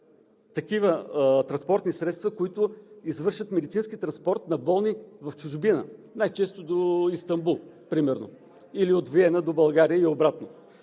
такива транспортни средства, които извършват медицински транспорт на болни в чужбина – най-често до Истанбул, примерно, или от Виена до България и обратно.